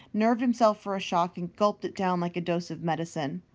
nerved himself for a shock, and gulped it down like a dose of medicine.